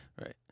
Right